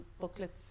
booklets